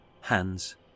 hands